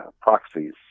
proxies